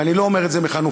ואני לא אומר את זה מחנופה,